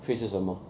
会是什么